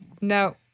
no